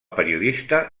periodista